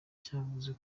cyavuze